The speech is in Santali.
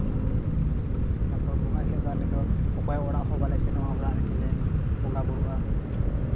ᱛᱟᱨᱯᱚᱨ ᱵᱚᱸᱜᱟᱜ ᱦᱤᱞᱳᱜ ᱫᱚ ᱟᱞᱮ ᱫᱚ ᱚᱠᱚᱭ ᱚᱲᱟᱜ ᱦᱚᱸ ᱵᱟᱞᱮ ᱥᱮᱱᱚᱜᱼᱟ ᱚᱲᱟᱜ ᱨᱮᱜᱮ ᱞᱮ ᱵᱚᱸᱜᱟ ᱵᱩᱨᱩᱜᱼᱟ